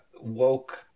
woke